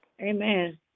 Amen